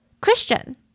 Christian